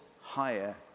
higher